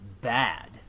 bad